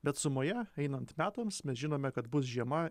bet sumoje einant metams mes žinome kad bus žiema